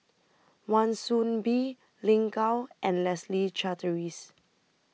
Wan Soon Bee Lin Gao and Leslie Charteris